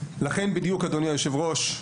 לכן בדיוק אדוני היושב ראש,